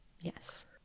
Yes